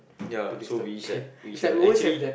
ya so we shall we shall actually